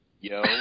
yo